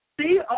see